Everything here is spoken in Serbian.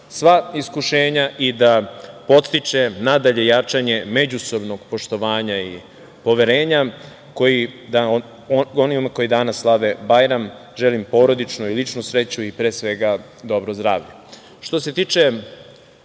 sva iskušenja i da podstiče nadalje jačanje međusobnog poštovanja i poverenja. Onima koji danas slave Bajram želim porodičnu i ličnu sreću i dobro zdravlje. Što